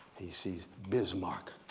he sees bismarck,